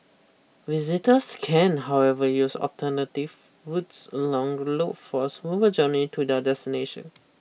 visitors can however use alternative routes along the loop for a smoother journey to their destination